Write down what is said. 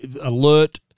alert